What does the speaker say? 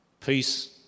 peace